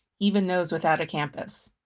even those without a campus.